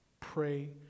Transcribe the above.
pray